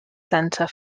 center